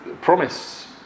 promise